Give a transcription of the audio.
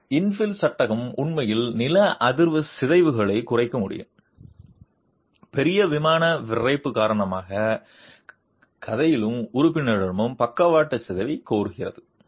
எனவே இன்ஃபில் சட்டகம் உண்மையில் நில அதிர்வு சிதைவுகளைக் குறைக்க முடியும் பெரிய விமான விறைப்பு காரணமாக கதையிலும் உறுப்பினரிடமும் பக்கவாட்டு சிதைவு கோருகிறது